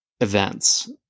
events